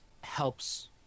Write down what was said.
helps